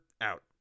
out